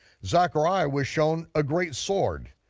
zechariah was shown a great sword,